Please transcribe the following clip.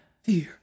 Fear